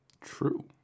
True